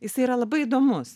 jisai yra labai įdomus